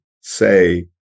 say